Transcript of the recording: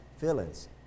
feelings